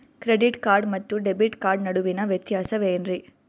Credit card ಮತ್ತು debit card ನಡುವಿನ ವ್ಯತ್ಯಾಸ ವೇನ್ರೀ?